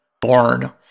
Born